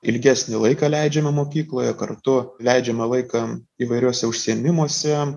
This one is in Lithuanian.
ilgesnį laiką leidžiame mokykloje kartu leidžiame laiką įvairiuose užsiėmimuose